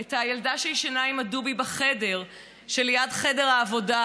את הילדה שישנה עם הדובי בחדר שליד חדר העבודה,